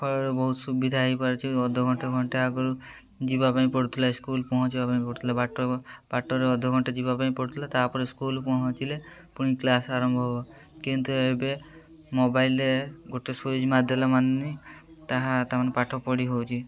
ଫଳରେ ବହୁତ ସୁବିଧା ହେଇପାରୁଛି ଅଧଘଣ୍ଟେ ଘଣ୍ଟେ ଆଗରୁ ଯିବା ପାଇଁ ପଢ଼ୁଥିଲା ସ୍କୁଲ୍ ପହଁଞ୍ଚିବା ପାଇଁ ପଡ଼ୁଥିଲା ବାଟ ବାଟରେ ଅଧଘଣ୍ଟେ ଯିବାପାଇଁ ପଡ଼ୁଥିଲା ତା'ପରେ ସ୍କୁଲ୍ ପହଁଞ୍ଚିଲେ ପୁଣି କ୍ଲାସ୍ ଆରମ୍ଭ ହେବ କିନ୍ତୁ ଏବେ ମୋବାଇଲ୍ରେ ଗୋଟେ ସୁଇଚ୍ ମାରିଦେଲା ମାନେ ତାହା ତା'ମାନେ ପାଠପଢ଼ି ହେଉଛି